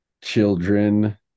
children